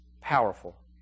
Powerful